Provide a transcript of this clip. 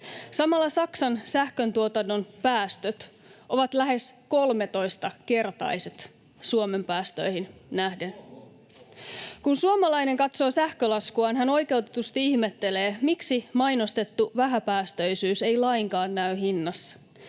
Samalla Saksan sähköntuotannon päästöt ovat lähes 13-kertaiset Suomen päästöihin nähden. Kun suomalainen katsoo sähkölaskuaan, hän oikeutetusti ihmettelee, miksi mainostettu vähäpäästöisyys ei lainkaan näy hinnassa.